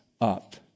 up